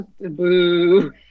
Boo